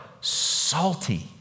salty